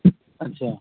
अच्छा